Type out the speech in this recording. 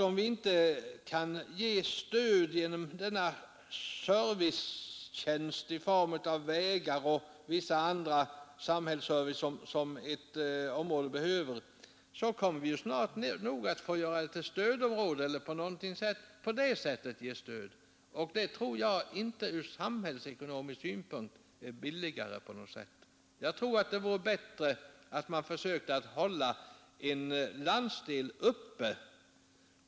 Om vi inte kan ge stöd i form av vägar och annan samhällsservice som ett område behöver, så kommer vi snart nog att få göra länet till stödområde och ge stöd på det sättet. Och det tror jag inte ur samhällets synpunkt är billigare. Jag tror att det vore bättre att man försökte hålla en landsdel uppe.